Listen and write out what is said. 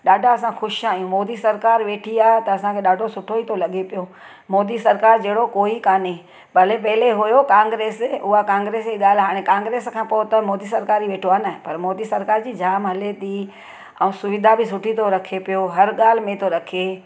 ॾाढा असां ख़ुशि आहियूं मोदी सरकार वेठी आ त असांखे ॾाढो सुठो ही तो लॻे पियो मोदी सरकार जेड़ो कोई काने भले पहले हुयो कांग्रेस उआ कांग्रेस ई ॻाल्हि हाणे कांग्रेस खां पोइ त मोदी सरकार ई वेठो आहे न पर मोदी सरकार जी जाम हले थी ऐं सुविधा बि सुठी थो रखे पियो हर ॻाल्हि में थो रखे